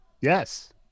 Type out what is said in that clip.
Yes